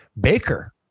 Baker